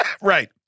Right